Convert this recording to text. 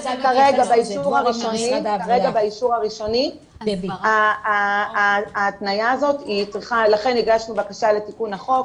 באישור הראשוני ההתניה הזאת צריכה --- לכן הגשנו בקשה לתיקון החוק.